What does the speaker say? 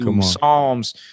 Psalms